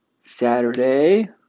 Saturday